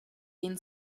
been